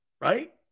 Right